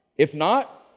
if not,